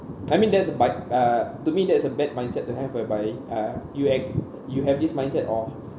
I mean that's buy~ uh to me that is a bad mindset to have whereby uh you a~ you have this mind set of